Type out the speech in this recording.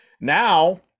now